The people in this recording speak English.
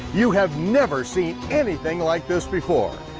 you have never seen anything like this before.